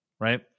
Right